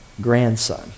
grandson